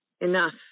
Enough